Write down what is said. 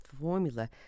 formula